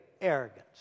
arrogance